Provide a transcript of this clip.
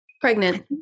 pregnant